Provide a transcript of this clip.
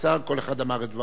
כל אחד אמר את דבריו ושמענו.